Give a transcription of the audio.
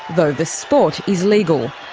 though the sport is legal.